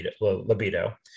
libido